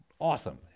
awesome